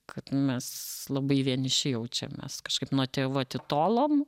kad mes labai vieniši jaučiamės kažkaip nuo tėvų atitolom